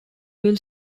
will